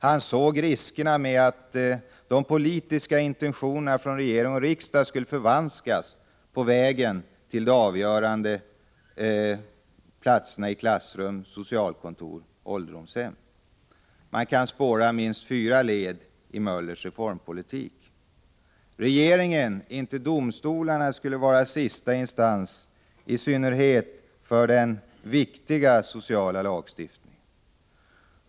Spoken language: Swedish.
Han såg risken att de politiska intentionerna hos regering och riksdag skulle förvanskas på vägen till de avgörande platserna i klassrum, på socialkontor och ålderdomshem. Man kan spåra minst fyra led i Möllers reformpolitik. Regeringen, inte domstolarna, skulle vara sista instans — i synnerhet för den viktiga sociala lagstiftningen.